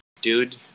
dude